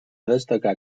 destacar